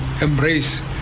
embrace